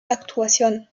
actuación